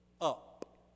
up